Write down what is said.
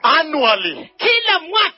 annually